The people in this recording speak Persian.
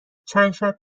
چندشب